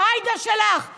זה בוועדה.